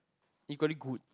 equally good